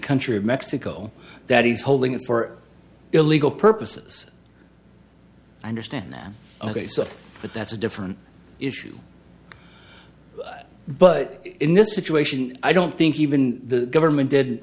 country of mexico that he's holding it for illegal purposes i understand that ok so but that's a different issue but in this situation i don't think even the government did